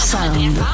Sound